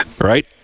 right